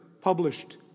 published